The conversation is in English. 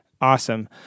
awesome